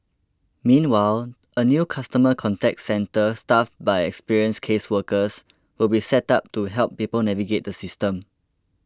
meanwhile a new customer contact centre staffed by experienced caseworkers will be set up to help people navigate the system